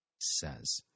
says